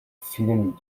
film